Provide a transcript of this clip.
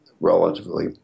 relatively